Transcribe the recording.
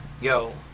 yo